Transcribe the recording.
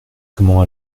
comment